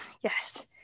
Yes